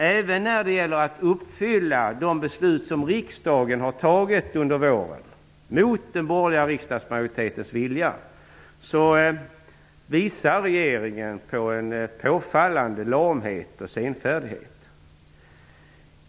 Även när det gäller att följa upp de beslut som riksdagen har fattat under våren mot den borgerliga riksdagsmajoritetens vilja uppvisar regeringen en påfallande lamhet och senfärdighet.